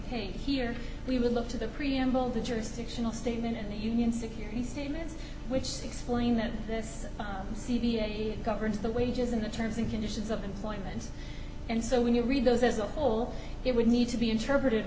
paid here we would look to the preamble the jurisdictional statement and the union security statements which explain that this c v a governs the wages in the terms and conditions of employment and so when you read those as a whole it would need to be interpreted